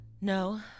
No